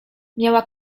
miała